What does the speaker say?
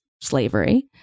slavery